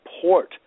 support